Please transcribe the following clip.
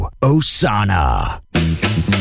Osana